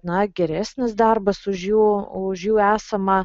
na geresnis darbas už jų už jų esamą